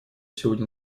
сегодня